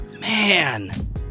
man